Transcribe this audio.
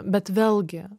bet vėlgi